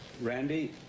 Randy